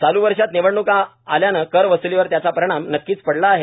चालू वर्षात निवडणका आल्याने कर वसूलीवर त्याचा परिणाम नक्कीच पडला आहे